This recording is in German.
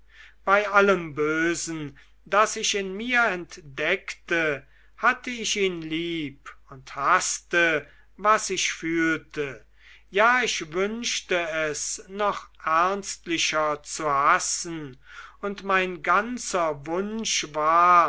bei allem bösen das ich in mir entdeckte hatte ich ihn lieb und haßte was ich fühlte ja ich wünschte es noch ernstlicher zu hassen und mein ganzer wunsch war